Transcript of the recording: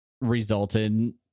resulted